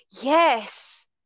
yes